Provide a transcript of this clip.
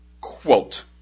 quote